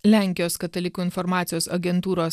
lenkijos katalikų informacijos agentūros